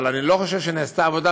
אבל אני לא חושב שנעשתה עבודה,